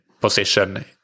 position